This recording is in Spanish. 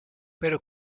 pero